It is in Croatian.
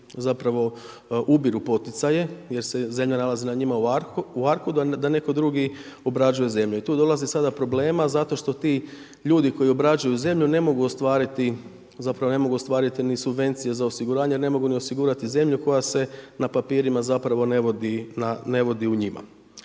zapravo ubiru poticaje jer se zemlja nalazi na njima u arku, a da netko drugi obrađuje zemlju i tu dolazi do problema zato što ti ljudi koji obrađuju zemlju ne mogu ostvariti ni subvencije za osiguranje, a ne mogu ni osigurati zemlju koja se na papirima ne vodi u njima.